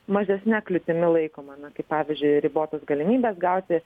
mažesne kliūtimi laikoma kaip pavyzdžiui ribotos galimybės gauti